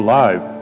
live